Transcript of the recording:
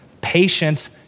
Patience